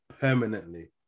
permanently